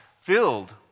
filled